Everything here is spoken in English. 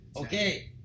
Okay